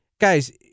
Guys